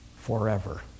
forever